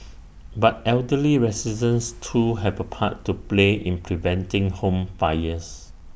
but elderly residents too have A part to play in preventing home fires